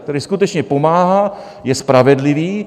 Který skutečně pomáhá, je spravedlivý.